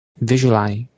visualize